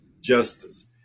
justice